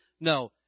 No